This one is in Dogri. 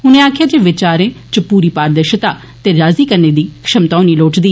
उनें आक्खेआ जे विचारें च पूरी पारर्दिषता ते राजी करने दी क्षमता होनी लोड़चदी